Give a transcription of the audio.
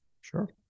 Sure